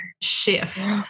shift